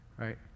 right